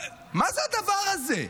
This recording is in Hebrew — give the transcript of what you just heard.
מה זה הדבר הזה?